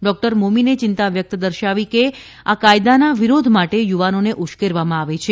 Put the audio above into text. doctor મોમીને ચિંતા દર્શાવી કે આ કાયદાના વિરોધ માટે યુવાનોને ઉશ્કેરવામાં આવે છે